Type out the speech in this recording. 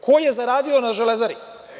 Ko je zaradio na „Železari“